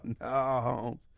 no